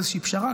לאיזושהי פשרה,